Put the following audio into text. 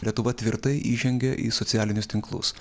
lietuva tvirtai įžengė į socialinius tinklus